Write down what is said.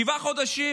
אדוני היושב-ראש,